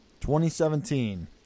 2017